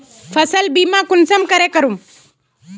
फसल बीमा कुंसम करे करूम?